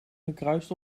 gekruist